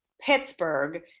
Pittsburgh